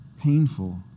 painful